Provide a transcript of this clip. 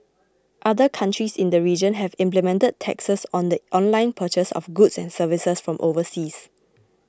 other countries in the region have implemented taxes on the online purchase of goods and services from overseas